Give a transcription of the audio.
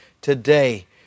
today